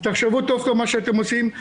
תחשבו טוב מה שאתם עושים.